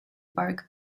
parked